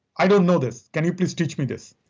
i don't know this can you please teach me this?